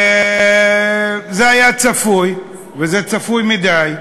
זה היה צפוי, וזה צפוי מדי,